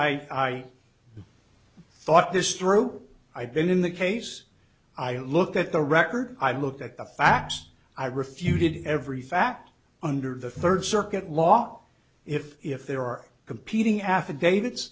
honor i thought this through i've been in the case i look at the record i look at the facts i refuted every fact under the third circuit law if if there are competing affidavi